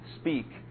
speak